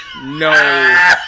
no